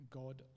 god